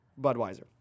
Budweiser